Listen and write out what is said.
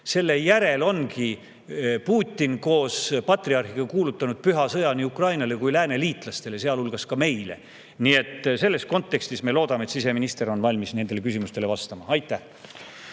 ettenägelik. Putin ongi koos patriarhiga kuulutanud püha sõja nii Ukrainale kui ka lääneliitlastele, sealhulgas meile. Nii et selles kontekstis me loodame, et siseminister on valmis nendele küsimustele vastama. Aitäh!